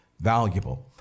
valuable